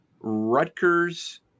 Rutgers